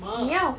ya